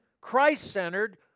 Christ-centered